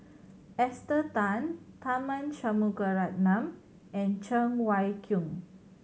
Esther Tan Tharman Shanmugaratnam and Cheng Wai Keung